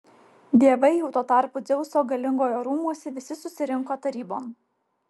dievai jau tuo tarpu dzeuso galingojo rūmuose visi susirinko tarybon